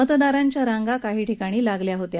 मतदानाच्या रांगा काही ठिकाणी लागल्या होत्या